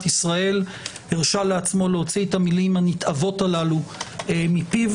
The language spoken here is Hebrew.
ישראל הרשה לעצמו להוציא את המילים הנתעבות האלו מפיו.